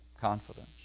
confidence